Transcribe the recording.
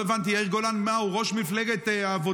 לא הבנתי, יאיר גולן, מה הוא, ראש מפלגת העבודה?